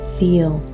feel